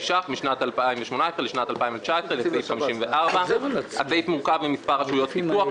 ש"ח משנת 2018 לשנת 2019 לסעיף 54. הסעיף מורכב ממספר רשויות פיקוח,